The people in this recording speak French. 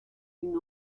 une